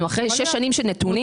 אנחנו אחרי שש שנים ויש לנו נתונים.